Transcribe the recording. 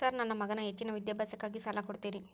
Sir ನನ್ನ ಮಗನ ಹೆಚ್ಚಿನ ವಿದ್ಯಾಭ್ಯಾಸಕ್ಕಾಗಿ ಸಾಲ ಕೊಡ್ತಿರಿ?